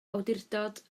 awdurdod